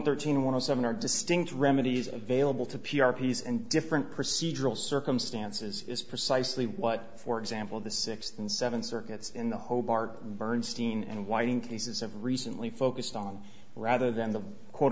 thirteen one of seven are distinct remedies available to p r piece and different procedural circumstances is precisely what for example the sixth and seventh circuits in the hobart bernstein and whiting cases of recently focused on rather than the quote